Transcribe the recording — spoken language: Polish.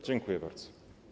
Dziękuję bardzo.